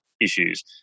issues